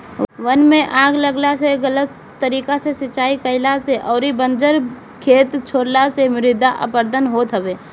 वन में आग लागला से, गलत तरीका से सिंचाई कईला से अउरी बंजर खेत छोड़ला से मृदा अपरदन होत हवे